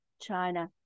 China